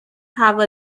have